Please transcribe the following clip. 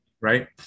right